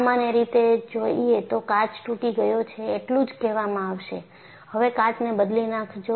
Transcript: સામાન્ય રીતે જોયે તો કાચ તૂટી ગયો છે એટલું જ કહેવામાં આવશે હવે કાચને બદલી નાખજો